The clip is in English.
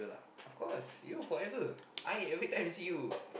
of course you forever I everytime visit you